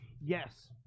yes